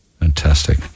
Fantastic